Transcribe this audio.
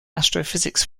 astrophysics